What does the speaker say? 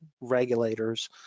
regulators